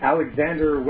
Alexander